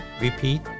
Repeat